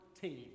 team